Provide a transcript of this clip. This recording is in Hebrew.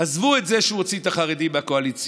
עזבו את זה שהוא הוציא את החרדים מהקואליציה,